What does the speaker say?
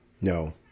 No